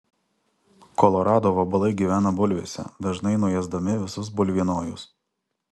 kolorado vabalai gyvena bulvėse dažnai nuėsdami visus bulvienojus